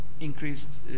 increased